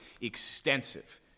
extensive